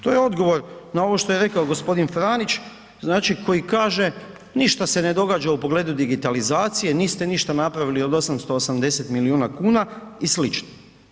To je odgovor na ovo što je rekao g. Franić, znači koji kaže ništa se ne događa u pogledu digitalizacije, niste niša napravili od 880 milijuna kuna i sl.